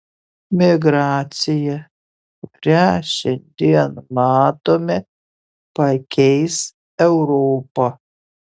migracija kurią šiandien matome pakeis europą